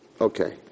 Okay